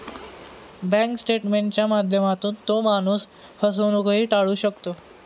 bank स्टेटमेंटच्या माध्यमातून तो माणूस फसवणूकही टाळू शकतो